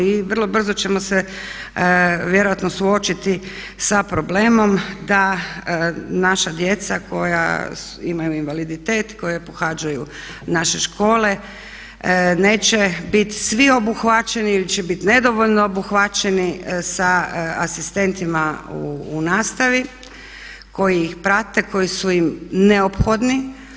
I vrlo brzo ćemo se vjerojatno suočiti sa problemom da naša djeca koja imaju invaliditet, koja pohađaju naše škole neće biti svi obuhvaćeni ili će biti nedovoljno obuhvaćeni sa asistentima u nastavi koji ih prate, koji su im neophodni.